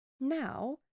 now